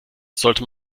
sollte